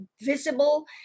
visible